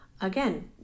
again